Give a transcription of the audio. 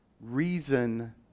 reason